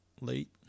late